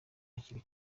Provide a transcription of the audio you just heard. hakiri